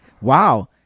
Wow